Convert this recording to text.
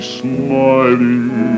smiling